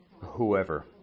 whoever